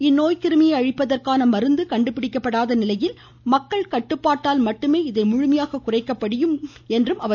இந்நோய் கிருமியை அழிப்பதற்கான மருந்து கண்டுபிடிக்கப்படாத நிலையில் மக்கள் கட்டுப்பாட்டால் மட்டுமே இதை முழுமையாக குறைக்க முடியும் என்றார்